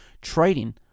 Trading